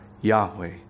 Yahweh